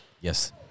Yes